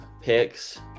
picks